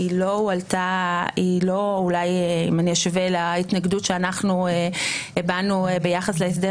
אם אני אשווה להתנגדות שאנחנו הבענו ביחס להסדר